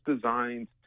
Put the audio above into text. designed